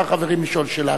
לכמה חברים לשאול שאלה.